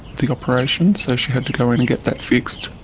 the operation, so she had to go in and get that fixed.